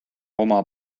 oma